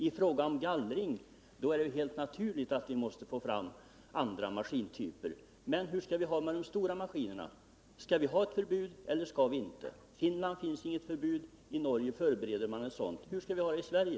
I fråga om gallring är det helt naturligt att vi måste få fram andra maskintyper, men hur skall vi ha det med de stora maskinerna? Skall vi ha ett förbud, eller skall vi inte? I Finland finns inget förbud, i Norge förbereder man ett sådant. Hur skall vi ha det i Sverige?